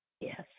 Yes